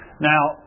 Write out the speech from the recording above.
Now